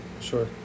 sure